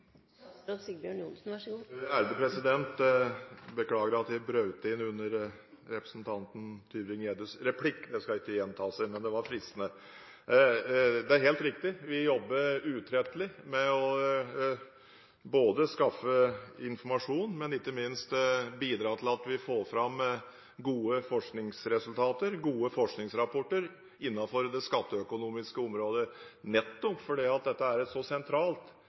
Beklager at jeg brøt inn under representanten Tybring-Gjeddes replikk – det skal ikke gjenta seg, men det var fristende. Det er helt riktig, vi jobber utrettelig med å skaffe informasjon, og – ikke minst – bidra til at vi får fram gode forskningsresultater, gode forskningsrapporter innenfor det skatteøkonomiske området, nettopp fordi dette er så sentralt